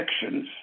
sections